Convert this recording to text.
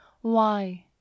Why